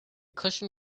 cushion